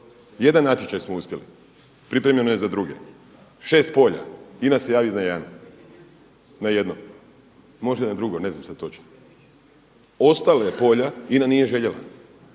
jedan natječaj smo uspjeli, pripremljeno je za druge. Šest polja INA se javi za jedan, na jedno, možda na drugo ne znam sada točno, ostala polja INA nije željela.